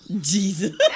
Jesus